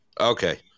Okay